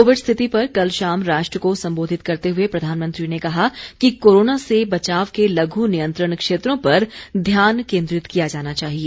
Covid स्थिति पर कल शाम राष्ट्र को संबोधित करते हए प्रधानमंत्री ने कहा कि कोरोना से बचाव के लघ् नियंत्रण क्षेत्रों पर ध्यान केन्द्रित किया जाना चाहिए